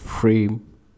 frame